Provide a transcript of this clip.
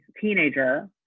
teenager